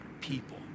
people